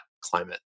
climate